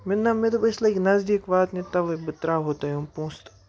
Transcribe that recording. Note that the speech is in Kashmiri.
مےٚ نہ مےٚ دوٚپ أسۍ لَگہِ نذدیٖک واتنہِ تَوَے بہٕ ترٛاوَو تۄہہِ یِم پونٛسہٕ تہٕ